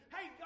Hey